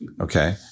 Okay